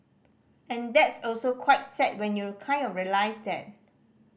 and that's also quite sad when you kind of realise that